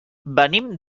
venim